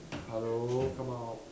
hello come out